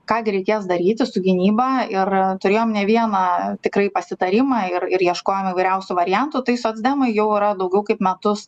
ką gi reikės daryti su gynyba ir turėjome ne vieną tikrai pasitarimą ir ir ieškojom įvairiausių variantų tai socdemai jau yra daugiau kaip metus